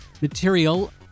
material